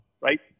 right